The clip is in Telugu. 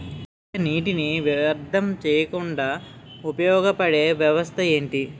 అధిక నీటినీ వ్యర్థం చేయకుండా ఉపయోగ పడే వ్యవస్థ ఏంటి